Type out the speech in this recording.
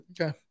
Okay